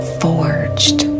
forged